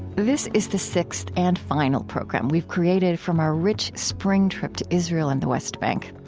this is the sixth and final program we've created from our rich spring trip to israel and the west bank.